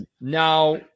Now